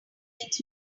things